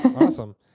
Awesome